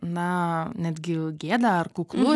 na netgi gėda ar kuklu